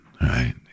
right